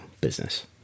business